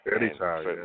Anytime